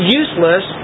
useless